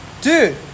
Dude